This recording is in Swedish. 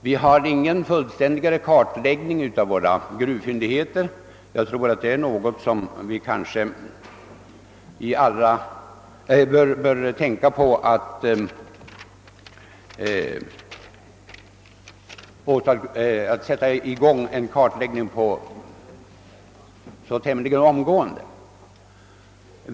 Det behövs en fullständigare kartläggning av våra gruvfyndigheter, något som vi borde få i gång tämligen omgående.